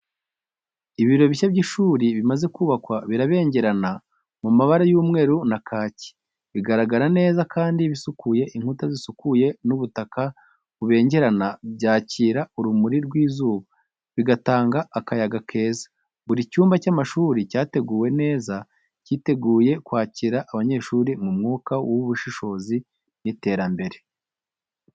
Ibiro bishya by’ishuri bimaze kubakwa birabengerana mu mabara y’umweru na kaki, bigaragara neza kandi bisukuye. Inkuta zisukuye n’ubutaka bubengerana byakira urumuri rw’izuba, bigatanga akayaga keza. Buri cyumba cy’amashuri cyateguwe neza, cyiteguye kwakira abanyeshuri mu mwuka w’ubushishozi n’iterambere.